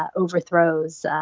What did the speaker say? ah overthrows,